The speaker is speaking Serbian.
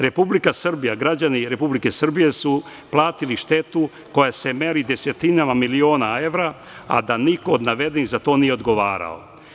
Republika Srbija, građani Republike Srbije su platili štetu koja se meri desetinama miliona evra, a da niko od navedenih za to nije odgovarao.